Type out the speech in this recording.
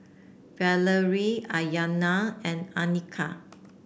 Valarie Iyana and Annika